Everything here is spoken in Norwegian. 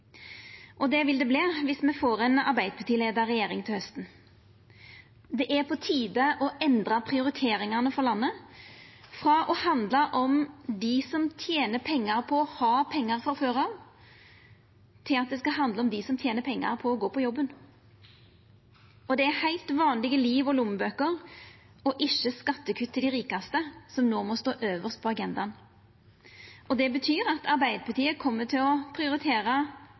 og det vil det verta viss me får ei arbeidarpartileia regjering til hausten. Det er på tide å endra prioriteringane for landet – frå å handla om dei som tener pengar på å ha pengar frå før, til å handla om dei som tener pengar på å gå på jobben. Det er heilt vanlege liv og lommebøker, og ikkje skattekutt til dei rikaste, som no må stå øvst på agendaen. Det betyr at Arbeidarpartiet kjem til å prioritera